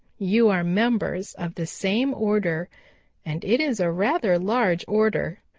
you are members of the same order and it is a rather large order.